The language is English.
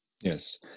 Yes